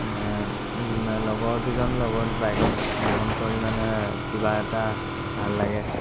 মানে লগৰকেইজন লগত বাইকত ভ্ৰমণ কৰি মানে কিবা এটা ভাল লাগে